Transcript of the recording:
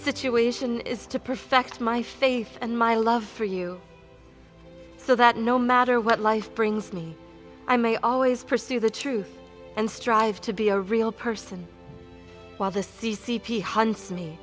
situation is to perfect my faith and my love for you so that no matter what life brings me i may always pursue the truth and strive to be a real person while the c c p hunts